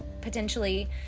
potentially